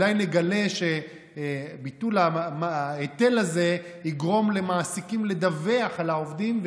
אולי נגלה שביטול ההיטל הזה יגרום למעסיקים לדווח על העובדים,